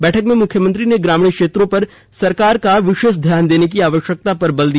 बैठक में मुख्यमंत्री ने ग्रामीण क्षेत्रों पर सरकार का विशेष ध्यान देने की आवश्यकता पर बल दिया